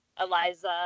Eliza